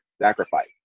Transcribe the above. sacrifice